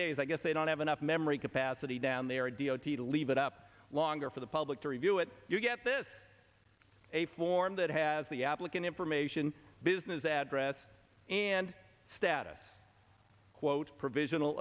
days i guess they don't have enough memory capacity down there d o t to leave it up longer for the public to review it you get this a form that has the applicant information business address and status quote provisional